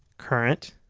current